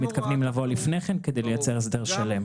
אנחנו מתכוונים לבוא לפני כן כדי לייצר הסדר שלם.